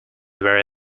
very